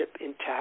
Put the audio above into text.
intact